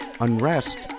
Unrest